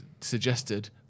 suggested